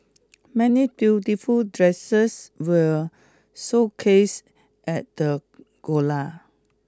many beautiful dresses were showcased at the gala